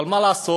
אבל מה לעשות,